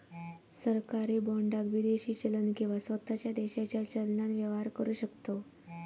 सरकारी बाँडाक विदेशी चलन किंवा स्वताच्या देशाच्या चलनान व्यवहार करु शकतव